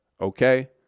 okay